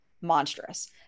monstrous